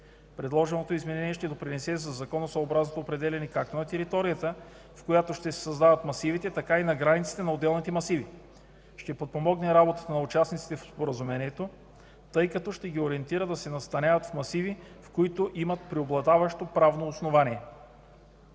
Предложеното изменение ще допринесе за законосъобразното определяне както на територията, в която ще се създават масивите, така и на границите на отделните масиви. Ще подпомогне работата на участниците в споразумението, тъй като ще ги ориентира да се настаняват в масиви, които имат преобладаващо правно основание.